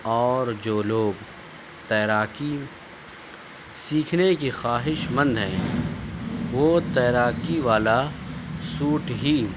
اور جو لوگ تیراکی سیکھنے کی خواہشمند ہیں وہ تیراکی والا سوٹ ہی